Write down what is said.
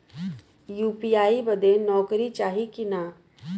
UPI बदे नौकरी चाही की ना?